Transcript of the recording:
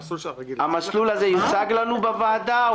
בוועדה?